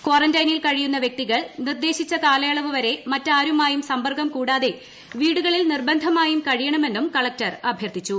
ക്വാറന്റൈനിൽ കഴിയുന്ന വൃക്തികൾ ക്ലിർദ്ദേശിച്ച കാലയളവ് വരെ മറ്റാരുമായും സമ്പർക്കം കൂടാതെ പ്പീടുകൾ നിർബന്ധമായും കഴിയണമെന്നും കലക്ടർ അഭ്യർഥിച്ചു